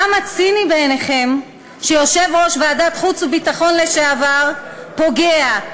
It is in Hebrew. כמה ציני בעיניכם שיושב-ראש ועדת חוץ וביטחון לשעבר פוגע,